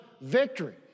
victory